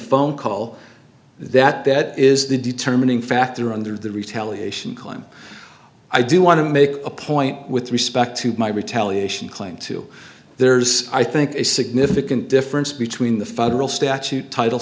phone call that that is the determining factor under the retaliation climb i do want to make a point with respect to my retaliation claim to there's i think a significant difference between the federal statute title